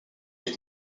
est